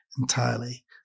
Entirely